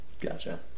Gotcha